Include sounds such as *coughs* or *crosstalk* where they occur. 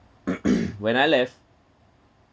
*coughs* when I left